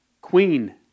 Queen